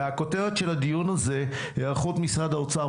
והכותרת של הדיון הזה: היערכות משרד האוצר,